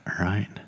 right